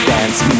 Dance